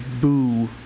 boo